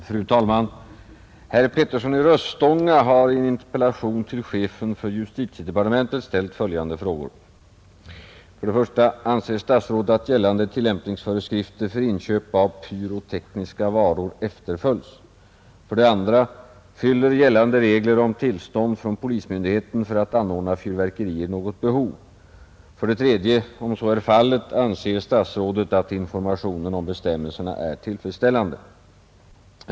Fru talman! Herr Petersson i Röstånga har i en interpellation till chefen för justitiedepartementet ställt följande frågor: 2. Fyller gällande regler om tillstånd från polismyndigheten för att anordna fyrverkerier något behov? 3. Om så är fallet, anser statsrådet att informationen om bestämmelserna är tillfredsställande?